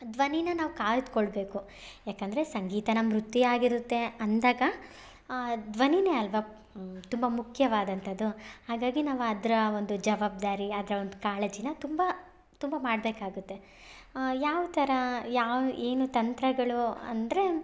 ಧ್ವನಿನ ನಾವು ಕಾಯ್ದುಳ್ಬೇಕು ಯಾಕಂದರೆ ಸಂಗೀತ ನಮ್ಮ ವೃತ್ತಿ ಆಗಿರುತ್ತೆ ಅಂದಾಗ ಆ ಧ್ವನಿನೇ ಅಲ್ಲವಾ ತುಂಬ ಮುಖ್ಯವಾದಂಥದ್ದು ಹಾಗಾಗಿ ನಾವು ಅದರ ಒಂದು ಜವಾಬ್ದಾರಿ ಅದರ ಒಂದು ಕಾಳಜೀನ ತುಂಬ ತುಂಬ ಮಾಡಬೇಕಾಗುತ್ತೆ ಯಾವ ಥರ ಯಾವ ಏನು ತಂತ್ರಗಳು ಅಂದರೆ